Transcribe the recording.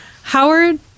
Howard